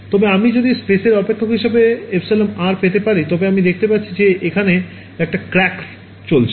তবে আমি যদি স্পেসের অপেক্ষক হিসাবে εr পেতে পারি তবে আমি দেখতে পাচ্ছি যে এখানে একটি ক্র্যাক চলছে